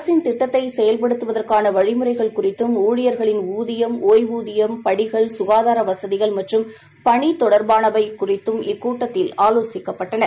அரசின் திட்டத்தை செயல்படுத்துவதற்காள வழிமுறைகள் குறித்தும் ஊழியர்களின் ஊதியம் ஒய்வூதியம் படிகள் குகாதார வசதிகள் மற்றும் பணி தொடர்பானவை இக்கூட்டத்தில் ஆலோசிக்கப்பட்டன